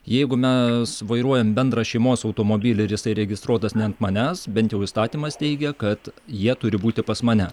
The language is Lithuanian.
jeigu mes vairuojam bendrą šeimos automobilį ir jisai registruotas ne ant manęs bent jau įstatymas teigia kad jie turi būti pas mane